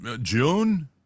June